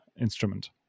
instrument